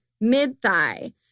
Mid-thigh